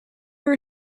were